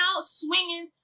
swinging